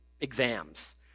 exams